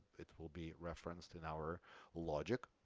it will be referenced in our logic.